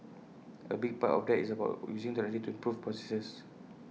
A big part of that is about using technology to improve processes